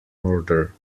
order